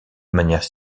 manière